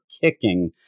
kicking